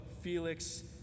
Felix